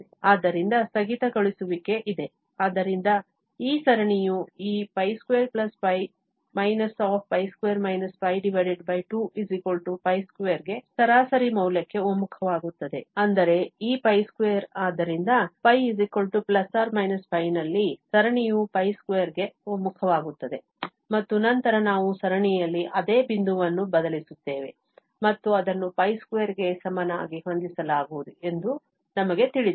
ಆದ್ದರಿಂದ ಸ್ಥಗಿತಗೊಳಿಸುವಿಕೆ ಇದೆ ಆದ್ದರಿಂದ ಈ ಸರಣಿಯು ಈ π 2π 2 π22 ಸರಾಸರಿ ಮೌಲ್ಯಕ್ಕೆ ಒಮ್ಮುಖವಾಗುತ್ತದೆ ಅಂದರೆ ಈ π 2 ಆದ್ದರಿಂದ π ± π ನಲ್ಲಿ ಸರಣಿಯು π2 ಗೆ ಒಮ್ಮುಖವಾಗುತ್ತದೆ ಮತ್ತು ನಂತರ ನಾವು ಸರಣಿಯಲ್ಲಿ ಅದೇ ಬಿಂದುವನ್ನು ಬದಲಿಸುತ್ತೇವೆ ಮತ್ತು ಅದನ್ನು π2 ಗೆ ಸಮನಾಗಿ ಹೊಂದಿಸಲಾಗುವುದು ಎಂದು ನಮಗೆ ತಿಳಿದಿದೆ